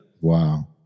Wow